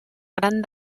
gran